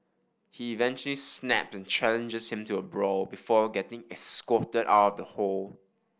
he eventually snap and challenges him to a brawl before getting escorted out of the hall